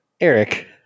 Eric